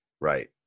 Right